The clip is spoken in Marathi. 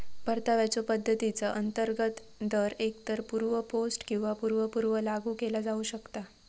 परताव्याच्यो पद्धतीचा अंतर्गत दर एकतर पूर्व पोस्ट किंवा पूर्व पूर्व लागू केला जाऊ शकता